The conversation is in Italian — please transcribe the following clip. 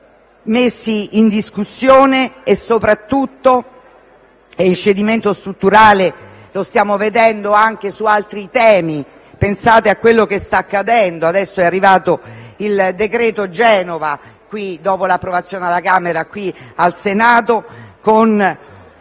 messi in discussione. Soprattutto, però, il cedimento strutturale lo stiamo vedendo anche su altri temi. Pensate a quello che sta accadendo: adesso è arrivato all'esame del Senato, dopo l'approvazione alla Camera, il cosiddetto